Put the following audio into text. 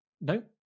Nope